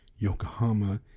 Yokohama